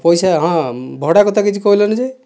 ପଇସା ହଁ ଭଡ଼ା କଥା କିଛି କହିଲନି ଯେ